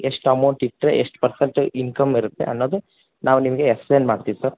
ಎಷ್ಟು ಅಮೌಂಟ್ ಇಟ್ಟರೆ ಎಷ್ಟು ಪರ್ಸೆಂಟ್ ಇನ್ಕಮ್ ಬರತ್ತೆ ಅನ್ನೋದು ನಾವು ನಿಮಗೆ ಎಕ್ಸ್ಪ್ಲೇನ್ ಮಾಡ್ತೀವಿ ಸರ್